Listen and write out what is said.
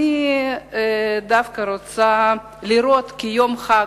אני דווקא רוצה לראות כיום חג,